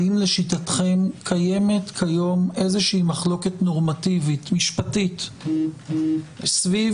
האם לשיטתכם קיימת כיום איזושהי מחלוקת נורמטיבית משפטית סביב